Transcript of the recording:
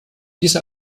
diese